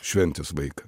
šventės vaiką